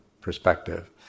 perspective